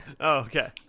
okay